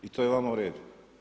I to je vama u redu.